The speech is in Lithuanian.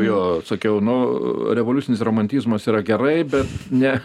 jo sakiau nu revoliucinis romantizmas yra gerai bet ne